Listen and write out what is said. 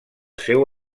seu